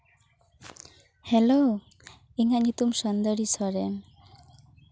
hello ᱤᱧᱟᱹᱜ ᱧᱩᱛᱩᱢ ᱥᱩᱱᱫᱚᱨᱤ ᱥᱚᱨᱮᱱ